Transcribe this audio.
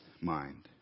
mind